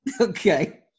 Okay